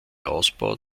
ausbau